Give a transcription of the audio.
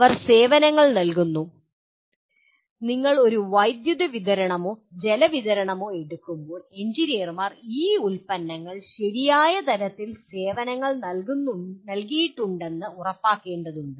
അവർ സേവനങ്ങൾ നൽകുന്നു നിങ്ങൾ ഒരു വൈദ്യുത വിതരണമോ ജലവിതരണമോ എടുക്കുമ്പോൾ എഞ്ചിനീയർമാർ ഈ ഉൽപ്പന്നങ്ങളിൽ ശരിയായ തരത്തിലുള്ള സേവനങ്ങൾ നൽകിയിട്ടുണ്ടെന്ന് ഉറപ്പാക്കേണ്ടതുണ്ട്